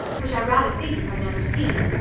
which i rather think you have never seen.